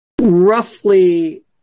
roughly